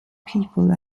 people